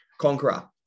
Conqueror